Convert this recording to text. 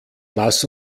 lass